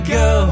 go